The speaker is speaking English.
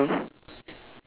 hold on ah